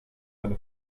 eine